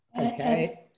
Okay